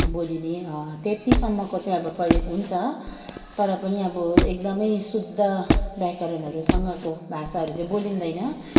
बोलिने त्यतिसम्मको चाहिँ अब प्रयोग हुन्छ तर पनि अब एकदमै शुद्ध व्याकरणहरूसँगको भाषाहरू चाहिँ बोलिँदैन